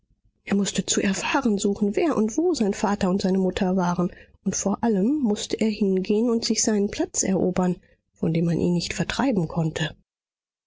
er mußte zu erfahren suchen wer und wo sein vater und seine mutter waren und vor allem mußte er hingehen und sich seinen platz erobern von dem man ihn nicht vertreiben konnte